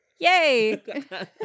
Yay